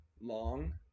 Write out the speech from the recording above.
long